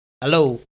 Hello